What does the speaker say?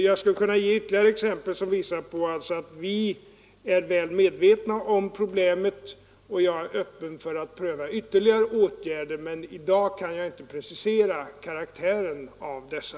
Jag skulle kunna ge ytterligare exempel som visar att vi är väl medvetna om problemet, och jag är öppen för att pröva ytterligare åtgärder, men i dag kan jag inte precisera karaktären av dessa.